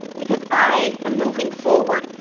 because i am moving forward,